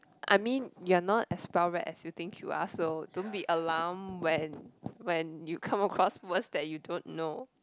I mean you are not as well read as you think you are so don't be alarmed when when you come across words that you don't know